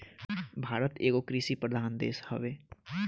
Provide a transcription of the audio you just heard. भारत एगो कृषि प्रधान देश हवे